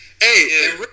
Hey